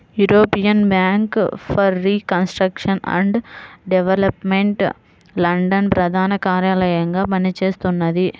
European bank for reconstruction and development London ప్రధాన కార్యాలయంగా పనిచేస్తున్నది